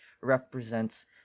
represents